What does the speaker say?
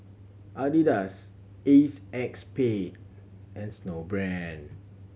Adidas Acexspade and Snowbrand